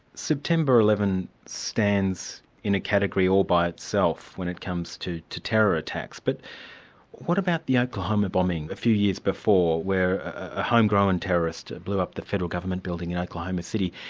september eleven stands in a category all by itself when it comes to to terror attacks, but what about the oklahoma bombing a few years before where a home-grown terrorist blew up the federal government building in oklahoma city.